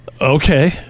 Okay